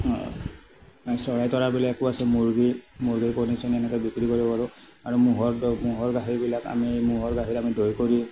অঁ চৰাই তৰাইবিলাকো আছে মুৰ্গী মুৰ্গীৰ কণী চনী এনেকে বিক্ৰী কৰোঁ আৰু আৰু ম'হৰ ম'হৰ গাখীৰবিলাক আমি ম'হৰ গাখীৰ দৈ কৰি আমি